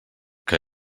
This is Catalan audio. que